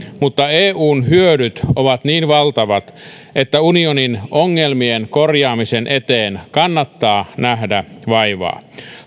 mutta eun hyödyt ovat niin valtavat että unionin ongelmien korjaamisen eteen kannattaa nähdä vaivaa